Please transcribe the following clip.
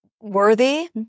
worthy